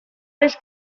les